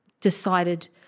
decided